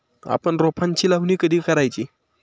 आपण रोपांची लावणी कधी करायची?